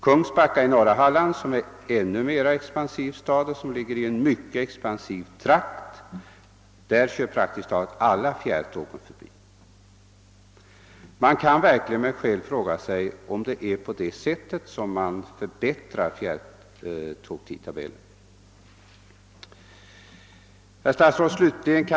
Kungsbacka i norra Halland, som är en ännu mera expansiv stad i en mycket expansiv trakt, kör praktiskt taget alla fjärrtåg förbi. Man kan verkligen med skäl fråga sig om det är på det sättet fjärrtågtidtabellen förbättras.